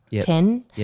ten